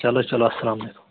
چلو چلو اَسلام علیکُم